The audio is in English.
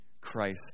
Christ